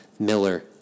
Miller